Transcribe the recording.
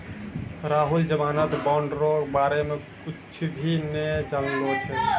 राहुल जमानत बॉन्ड रो बारे मे कुच्छ भी नै जानै छै